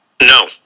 No